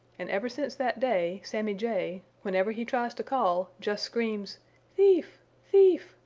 and ever since that day, sammy jay, whenever he tries to call, just screams thief! thief!